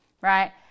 Right